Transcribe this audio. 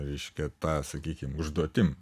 reiškia ta sakykim užduotim